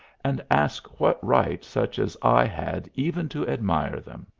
and ask what right such as i had even to admire them,